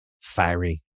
fiery